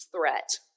threat